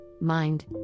mind